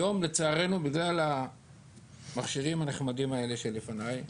היום, לצערנו בגלל המכשירים הנחמדים האלה שלפניי,